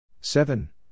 Seven